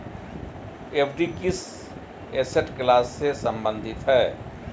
FD किस asset class से संबंधित है?